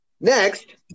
Next